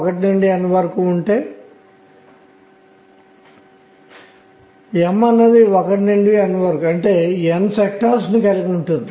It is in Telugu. మరియు నేను దానిని nm అని పిలుస్తాను మరియు m అనేది k మరియు k మధ్య ఉంటుంది